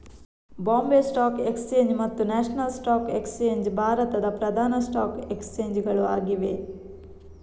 Bombay stock exchange ಮತ್ತು national stock exchange ಭಾರತದ ಪ್ರಧಾನ ಸ್ಟಾಕ್ ಎಕ್ಸ್ಚೇಂಜ್ ಗಳು ಆಗಿವೆ